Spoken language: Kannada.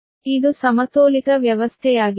ಇದು ಸಮತೋಲಿತ ವ್ಯವಸ್ಥೆಯಾಗಿದೆ